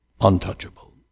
untouchable